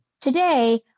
Today